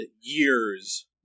years